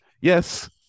Yes